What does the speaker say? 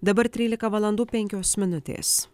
dabar trylika valandų penkios minutės